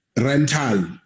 rental